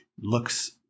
looks